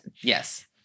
Yes